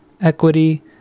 equity